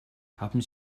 haben